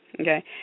okay